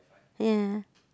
ya